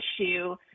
issue